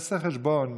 תעשה חשבון.